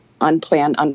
unplanned